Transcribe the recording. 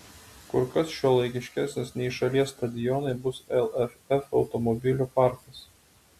kur kas šiuolaikiškesnis nei šalies stadionai bus lff automobilių parkas